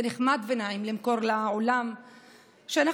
זה נחמד ונעים למכור לעולם שאנחנו